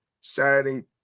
Saturday